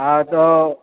હાં તો